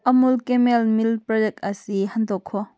ꯑꯃꯨꯜ camel milk product ꯑꯁꯤ ꯍꯟꯗꯣꯛꯈꯣ